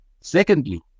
Secondly